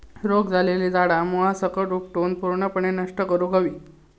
रोग झालेली झाडा मुळासकट उपटून पूर्णपणे नष्ट करुक हवी